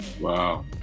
Wow